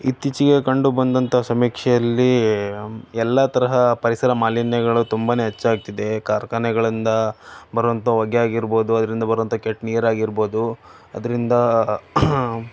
ಇತ್ತೀಚಿಗೆ ಕಂಡುಬಂದಂಥ ಸಮೀಕ್ಷೆಯಲ್ಲಿ ಎಲ್ಲ ತರಹ ಪರಿಸರ ಮಾಲಿನ್ಯಗಳು ತುಂಬಾನೇ ಹೆಚ್ಚಾಗ್ತಿದೆ ಕಾರ್ಖಾನೆಗಳಿಂದ ಬರುವಂಥ ಹೊಗೆಯಾಗಿರ್ಬೋದು ಅದರಿಂದ ಬರುವಂಥ ಕೆಟ್ಟ ನೀರಾಗಿರ್ಬೋದು ಅದರಿಂದ